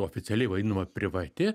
oficialiai vadinama privati